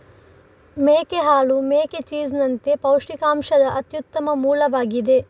ಮೇಕೆ ಹಾಲು ಮೇಕೆ ಚೀಸ್ ನಂತೆ ಪೌಷ್ಟಿಕಾಂಶದ ಅತ್ಯುತ್ತಮ ಮೂಲವಾಗಿದೆ